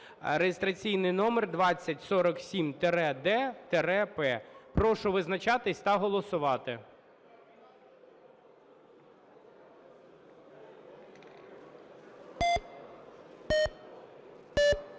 (реєстраційний номер 2047-д-П). Прошу визначатись та голосувати.